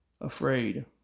afraid